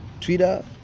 Twitter